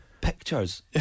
pictures